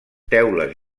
teules